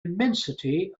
immensity